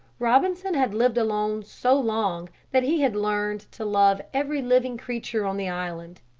robinson had lived alone so long that he had learned to love every living creature on the island.